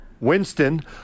Winston